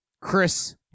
Chris